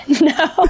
No